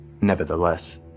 Nevertheless